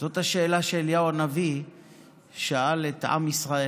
זאת השאלה שאליהו הנביא שאל את עם ישראל.